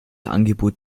angebot